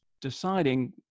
Deciding